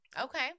okay